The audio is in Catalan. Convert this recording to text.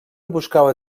buscava